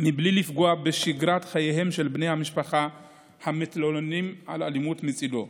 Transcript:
בלי לפגוע בשגרת חייהם של בני המשפחה המתלוננים על אלימות מצידו.